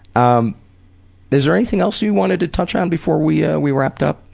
um is there anything else you wanted to touch on before we ah we wrapped up?